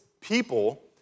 people